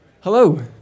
Hello